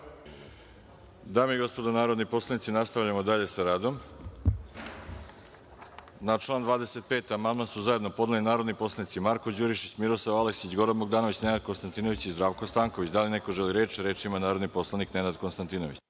Dame i gospodo narodni poslanici, nastavljamo dalje sa radom. Na član 25. amandman su zajedno podneli narodni poslanici Marko Đurišić, Miroslav Aleksić, Goran Bogdanović, Nenad Konstantinović i Zdravko Stanković. Da li neko želi reč? Reč ima narodni poslanik Nenad Konstantinović.